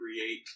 create